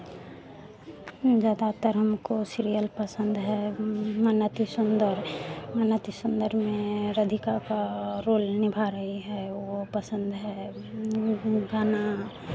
ज़्यादातर हमको सिरियल पसंद है मन अति सुन्दर मन अति सुन्दर में राधिका का रोल निभा रही है वो पसन्द है गाना